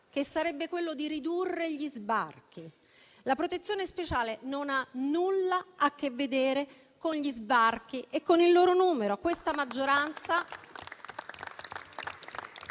che sarebbe quello di ridurre gli sbarchi. La protezione speciale non ha nulla a che vedere con gli sbarchi e con il loro numero